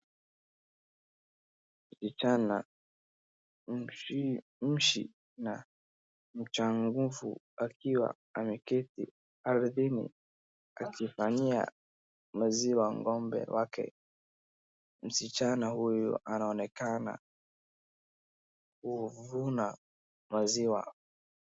Kijana, mchichi na mchangamfu akiwa ameketi ardhini akifanyia maziwa ng'ombe wake. Msichana huyo anaonekana kuvuna maziwa.